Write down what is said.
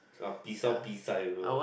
uh piss ah piss uh you know